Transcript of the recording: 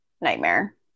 nightmare